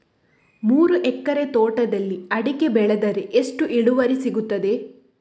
ಮೂರು ಎಕರೆ ತೋಟದಲ್ಲಿ ಅಡಿಕೆ ಬೆಳೆದರೆ ಎಷ್ಟು ಇಳುವರಿ ಸಿಗುತ್ತದೆ?